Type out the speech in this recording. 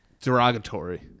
derogatory